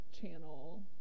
Channel